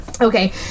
Okay